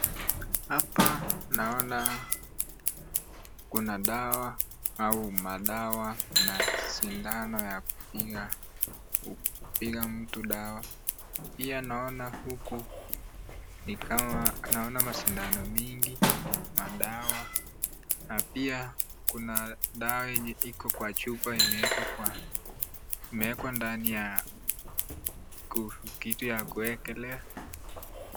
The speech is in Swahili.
Hapa naona kuna dawa au madawa na sindano ya kupiga mtu dawa, pia naona huku nikama naona masindano mingi, madawa na pia kuna dawa yenye iko kwa chupa imewekwa ndani ya kitu ya kuwekelea.